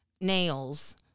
nails